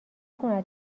خونه